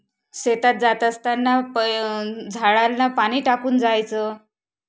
शेतात जात असताना प झाडांना पाणी टाकून जायचं